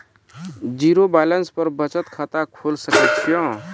Zero balance पर बचत खाता खोले सकय छियै?